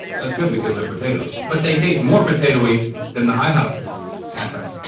that's good because they're potatoes. but they taste more potatoey than the ihop hash browns.